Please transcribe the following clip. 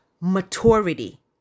maturity